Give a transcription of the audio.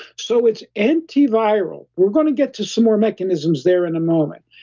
so, it's antiviral. we're going to get to some more mechanisms there in a moment.